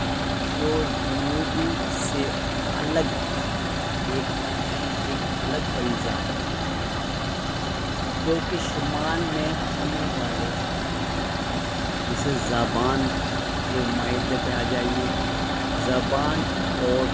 جو جنوبی سے الگ ایک اہم ایک الگ فریضہ ہے جو کہ شمال میں ہونے والے جسے زبان کے مائد پہ آ جائیے زبان اور